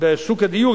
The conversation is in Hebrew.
בשוק הדיור,